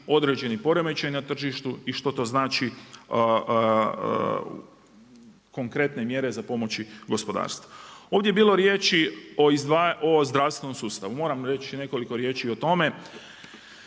određeni poremećaj na tržištu i što to znači konkretne mjere za pomoći gospodarstvu. Ovdje je bilo riječi o zdravstvenom sustavu, moram reći nekoliko riječi i o tome.